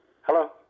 Hello